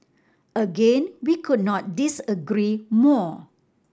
again we could not disagree more